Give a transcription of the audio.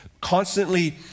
constantly